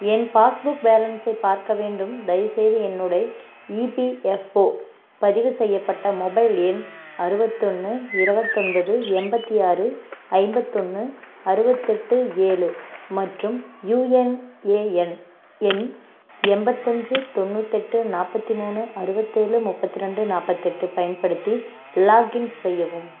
என் passbook பேலன்ஸை பார்க்க வேண்டும் தயவுசெய்து என்னுடை இபிஎஃப்ஓ பதிவு செய்யப்பட்ட மொபைல் எண் அறுபத்தொன்னு இருபத்தொன்பது எண்பத்தி ஆறு ஐம்பத்தொன்று அறுபத்தெட்டு ஏழு மற்றும் யுஎன்ஏஎன் எண் எண்பத்தஞ்சு தொண்ணூத்தெட்டு நாற்பத்தி மூணு அறுவத்தேழு முப்பத்தி ரெண்டு நாற்பத்தெட்டு பயன்படுத்தி லாக்இன் செய்யவும்